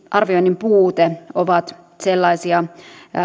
arvioinnin puute ovat sellaisia